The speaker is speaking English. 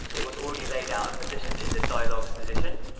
it was already laid out and positioned in the dialogues position.